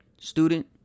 student